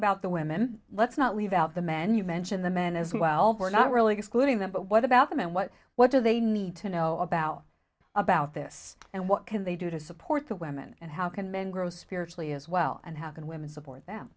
about the women let's not leave out the men you mentioned the men as well we're not really excluding them but what about them and what what do they need to know about about this and what can they do to support the women and how can men grow spiritually as well and how can women support them